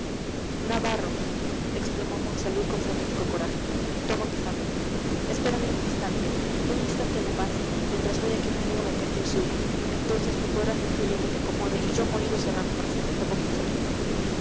navarro exclamó monsalud con frenético coraje toma mi sable espérame un instante un instante no más mientas voy a que un amigo me preste el suyo entonces me podrás decir lo que te acomode y yo morir o cerrarte para siempre esa